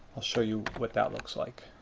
i'll show you what that looks like.